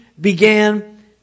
began